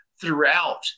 throughout